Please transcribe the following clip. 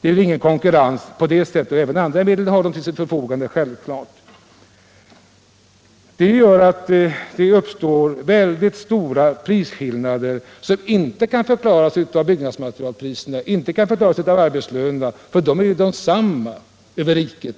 Storföretagen = politiken har självklart även andra medel till sitt förfogande. Detta gör att det uppstår mycket stora prisskillnader, som inte kan förklaras av byggnadsmaterialpriserna, inte av arbetslönerna, för de är i princip desamma över hela riket.